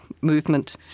movement